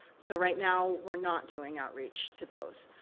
so, right now, we're not doing outreach to those.